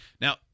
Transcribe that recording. Now